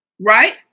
Right